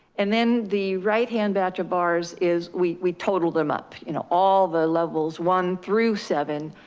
and then the right hand batch of bars is we we totaled them up, you know all the levels, one through seven,